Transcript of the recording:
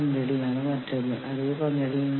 സംഘടന എന്തെങ്കിലും ചെയ്യുകയോ ചെയ്യാതിരിക്കുകയോ ചെയ്യാം